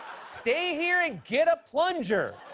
stay here and get a plunger!